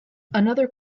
another